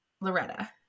Loretta